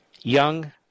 young